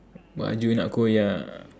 baju nak koyak